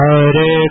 Hare